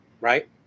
right